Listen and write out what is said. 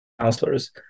counselors